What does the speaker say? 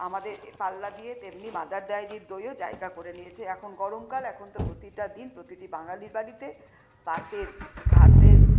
আমাদের পাল্লা দিয়ে তেমনি মাদার ডেয়ারির দইও জায়গা করে নিয়েছে এখন গরমকাল এখন তো প্রতিটা দিন প্রতিটি বাঙালির বাড়িতে পাতে ভাতের